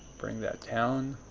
bring that down.